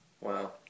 Wow